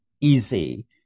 easy